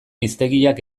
hiztegiak